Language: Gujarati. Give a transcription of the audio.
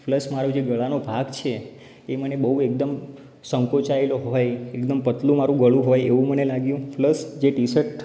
પ્લસ મારો જે ગળાનો ભાગ છે એ મને બહુ એકદમ સંકોચાયેલો હોય એકદમ પાતળું મારું ગળું હોય એવું મને લાગ્યું પ્લસ જે ટી શર્ટ